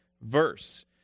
verse